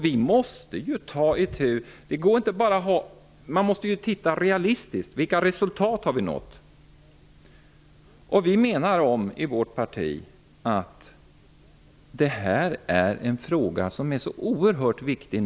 Vi måste titta realistiskt på detta och se vilka resultat vi har uppnått. Vårt parti menar att denna fråga är oerhört viktig.